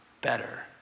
better